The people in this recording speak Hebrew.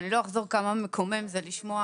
אני לא אחזור ואומר כמה מקומם זה לשמוע